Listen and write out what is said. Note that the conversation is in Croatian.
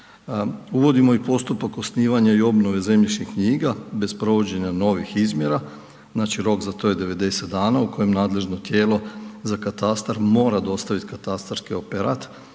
Uvodimo i postupak osnivanja i obnove zemljišnih knjiga bez provođenja novih izmjera, znači rok za to je 90 dana u kojem nadležno tijelo za katastar mora dostaviti katastarski operat